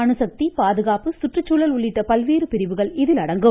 அணுசக்தி பாதுகாப்பு சுற்றுச்சூழல் உள்ளிட்ட பல்வேறு பிரிவுகள் இதில் அடங்கும்